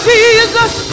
Jesus